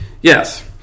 Yes